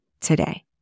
today